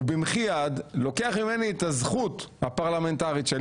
ובמחי יד לוקח ממני את הזכות הפרלמנטרית שלי